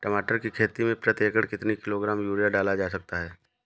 टमाटर की खेती में प्रति एकड़ कितनी किलो ग्राम यूरिया डाला जा सकता है?